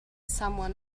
someone